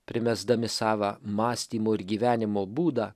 primesdami savą mąstymo ir gyvenimo būdą